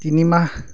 তিনিমাহ